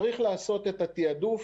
צריך לעשות את התעדוף,